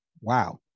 Wow